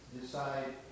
decide